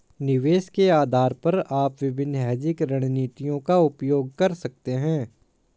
निवेश के आधार पर आप विभिन्न हेजिंग रणनीतियों का उपयोग कर सकते हैं